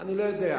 אני לא יודע.